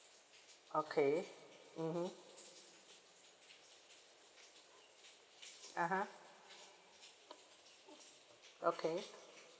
okay mmhmm (uh huh) okay